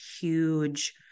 huge